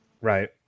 Right